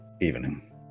evening